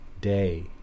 day